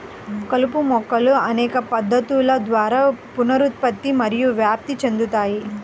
కలుపు మొక్కలు అనేక పద్ధతుల ద్వారా పునరుత్పత్తి మరియు వ్యాప్తి చెందుతాయి